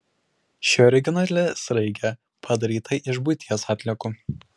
ši originali sraigė padaryta iš buities atliekų